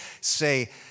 say